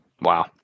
Wow